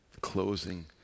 Closing